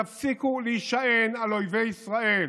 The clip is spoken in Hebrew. תפסיקו להישען על אויבי ישראל,